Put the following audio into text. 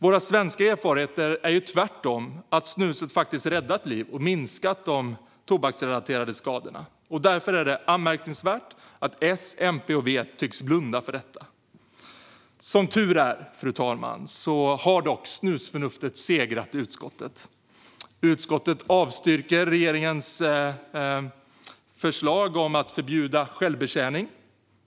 Våra svenska erfarenheter är ju tvärtom att snuset faktiskt har räddat liv och minskat de tobaksrelaterade skadorna. Det är anmärkningsvärt att S, MP och V tycks blunda för detta. Som tur är, fru talman, har dock snusförnuftet segrat i utskottet. Utskottet avstyrker regeringens förslag om att förbjuda självbetjäning.